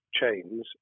chains